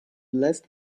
last